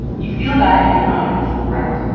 you feel that and you own it. right.